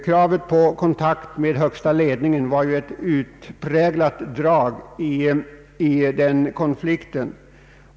Krav på bättre kontakt med högsta ledningen var utmärkande för den konflikten.